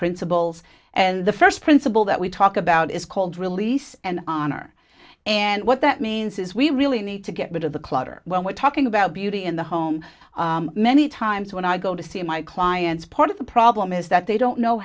principles as the first principle that we talk about is called release and honor and what that means is we really need to get rid of the clutter when we're talking about beauty in the home many times when i go to see my clients part of the problem is that they don't know